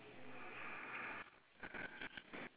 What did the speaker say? so there will be a blue sea